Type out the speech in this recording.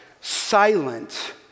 silent